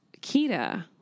kita